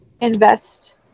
invest